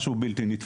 זה משהו בלתי נתפס.